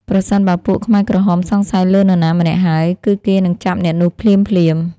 ប្រសិនបើពួកខ្មែរក្រហមសង្ស័យលើនរណាម្នាក់ហើយ គឺគេនឹងចាប់អ្នកនោះភ្លាមៗ។